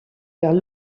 vers